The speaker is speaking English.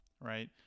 right